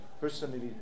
personally